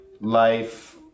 life